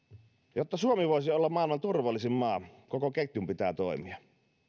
jotta suomi voisi olla maailman turvallisin maa koko ketjun pitää toimia